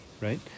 right